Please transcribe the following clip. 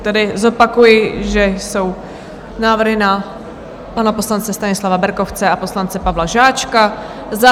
Tedy zopakuji, že jsou návrhy na pana poslance Stanislava Berkovce a poslance Pavla Žáčka.